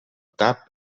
tap